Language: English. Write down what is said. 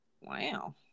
Wow